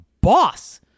boss